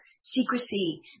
secrecy